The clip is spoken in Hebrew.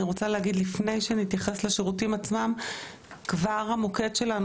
לפני שאני אתייחס לשירותים עצמם אני רוצה להגיד לגבי המוקד שלנו,